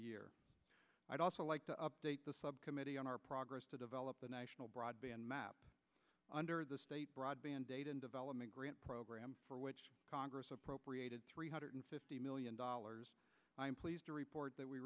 year i'd also like to up the subcommittee on our progress to develop the national broadband map under the broadband data and development grant program for which congress appropriated three hundred fifty million dollars i'm pleased to report that we